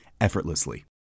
effortlessly